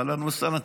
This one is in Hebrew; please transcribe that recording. אהלן וסהלן,